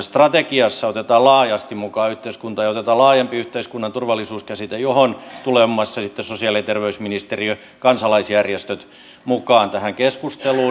strategiassa otetaan laajasti mukaan yhteiskunta ja otetaan laajempi yhteiskunnan turvallisuus käsite ja muun muassa sosiaali ja terveysministeriö ja kansalaisjärjestöt tulevat mukaan tähän keskusteluun